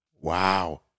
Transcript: Wow